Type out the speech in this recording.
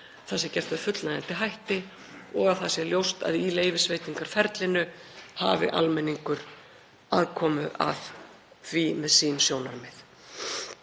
það sé gert með fullnægjandi hætti og að það sé ljóst að í leyfisveitingaferlinu hafi almenningur aðkomu að því með sín sjónarmið.